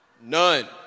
None